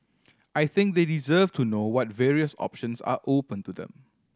I think they deserve to know what various options are open to them